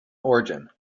origin